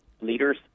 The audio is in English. leaders